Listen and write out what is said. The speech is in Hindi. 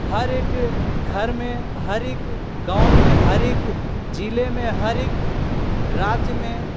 हरेक घर में हरेक गाँव में हरेक ज़िले में हरेक राज्य में